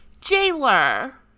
Jailer